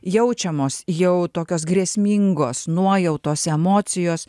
jaučiamos jau tokios grėsmingos nuojautos emocijos